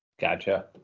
Gotcha